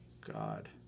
God